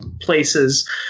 places